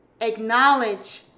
acknowledge